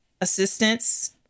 assistance